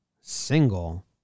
single